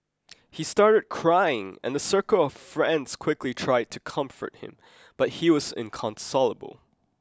he started crying and a circle of friends quickly tried to comfort him but he was inconsolable